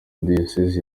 diyosezi